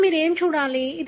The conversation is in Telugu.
ఇప్పుడు మీరు ఏమి చూడాలి